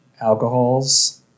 alcohols